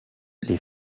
les